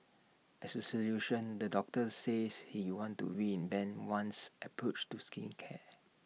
as A solution the doctor says he wants to reinvent one's approach to skincare